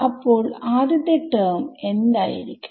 അപ്പോൾ ആദ്യത്തെ ടെർമ് എന്തായിരിക്കും